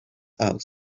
house